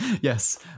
yes